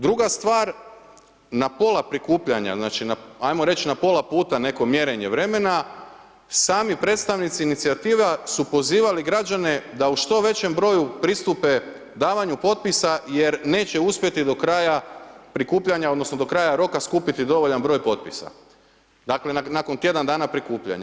Druga stvar, na pola prikupljanja, znači ajmo reć na pola puta neko mjerenje vremena, sami predstavnici inicijativa su pozivali građane da u što većem broju pristupe davanju potpisa jer neće uspjeti do kraja prikupljanja odnosno do kraja roka skupiti dovoljan broj potpisa, dakle nakon tjedan dana prikupljanja.